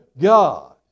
God